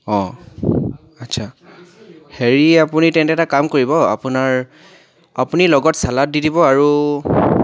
অ' আচ্ছা হেৰি আপুনি তেন্তে এটা কাম কৰিব আপোনাৰ আপুনি লগত চালাড দি দিব আৰু